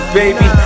baby